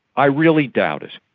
i really doubt it.